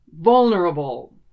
vulnerable